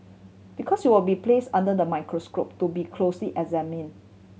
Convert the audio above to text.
because you will be place under the microscope to be closely examine